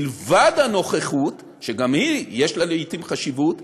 מלבד הנוכחות, שגם לה יש לעתים חשיבות,